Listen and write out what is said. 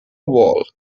wall